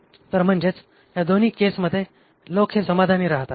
तर म्हणजेच ह्या दोन्ही केसमध्ये लोक हे समाधानी राहतात